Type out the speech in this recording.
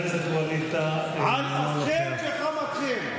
על אפכם ועל חמתכם.